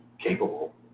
capable